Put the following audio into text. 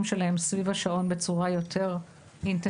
שלהם סביב השעון בצורה יותר אינטנסיבית,